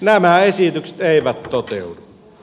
nämä esitykset eivät toteudu